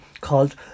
called